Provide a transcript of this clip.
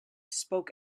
spoke